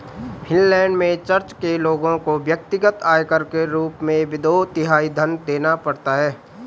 Finland में church के लोगों को व्यक्तिगत आयकर के रूप में दो तिहाई धन देना पड़ता है